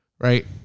right